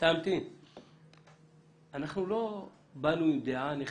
באנו עם דעה נחרצת,